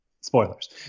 Spoilers